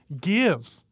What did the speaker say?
give